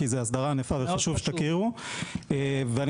כי זו הסדרה ענפה וחשוב שתכירו.